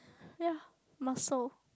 ya muscle